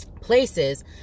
places